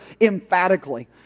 emphatically